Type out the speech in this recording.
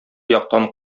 яктан